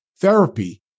Therapy